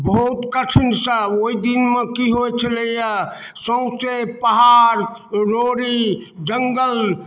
बहुत कठिनसँ ओहि दिनमे कि होइ छलैए सौँसे पहाड़ रोड़ी जङ्गल